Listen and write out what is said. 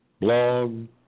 Blog